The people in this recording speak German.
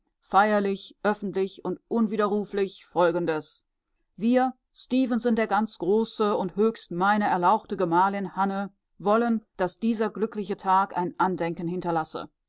feierlich öffentlich und unwiderruflich folgendes wir stefenson der ganzgroße und höchstmeine erlauchte gemahlin hanne wollen daß dieser glückliche tag ein andenken hinterlasse